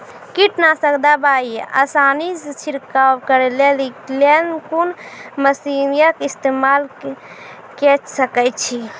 कीटनासक दवाई आसानीसॅ छिड़काव करै लेली लेल कून मसीनऽक इस्तेमाल के सकै छी?